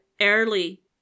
early